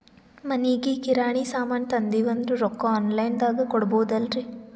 ಮನಿಗಿ ಕಿರಾಣಿ ಸಾಮಾನ ತಂದಿವಂದ್ರ ರೊಕ್ಕ ಆನ್ ಲೈನ್ ದಾಗ ಕೊಡ್ಬೋದಲ್ರಿ?